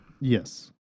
Yes